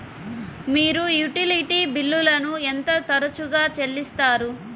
మీరు యుటిలిటీ బిల్లులను ఎంత తరచుగా చెల్లిస్తారు?